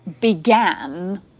began